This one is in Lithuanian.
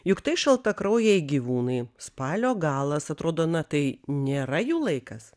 juk tai šaltakraujai gyvūnai spalio galas atrodo na tai nėra jų laikas